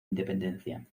independencia